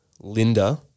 Linda